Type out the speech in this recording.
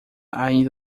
ainda